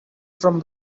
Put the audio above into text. from